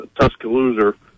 Tuscaloosa